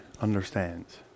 understands